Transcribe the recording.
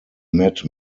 met